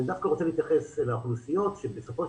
אני דווקא רוצה להתייחס לאוכלוסיות שבסופו של